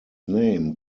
name